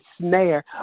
snare